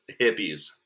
hippies